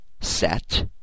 set